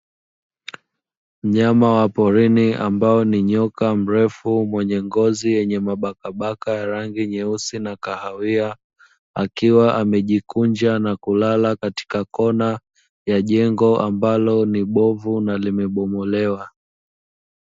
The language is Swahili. Mnyama wa porini ambao ni nyoka mrefu mwenye ngozi yenye mabakabaka ya rangi nyeusi na kahawia, akiwa amejikunja na kulala katika kona ya jengo ambalo ni bovu na limebomolewa.